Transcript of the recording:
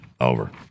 over